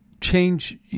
change